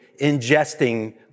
ingesting